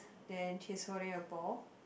then she's holding a ball